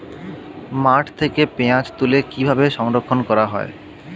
মাঠ থেকে পেঁয়াজ তুলে কিভাবে সংরক্ষণ করা হয়?